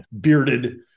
bearded